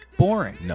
boring